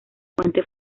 puente